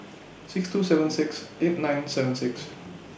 six two seven six eight nine seven six